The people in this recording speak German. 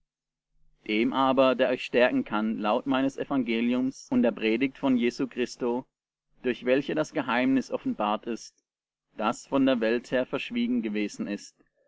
dem aber der euch stärken kann laut meines evangeliums und der predigt von jesu christo durch welche das geheimnis offenbart ist das von der welt her verschwiegen gewesen ist